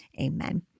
Amen